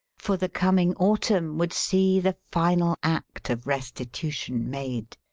for the coming autumn would see the final act of restitution made,